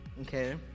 Okay